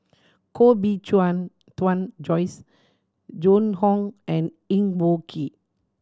Koh Bee Tuan Joyce Joan Hon and Eng Boh Kee